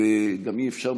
וגם אי-אפשר,